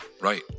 right